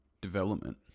development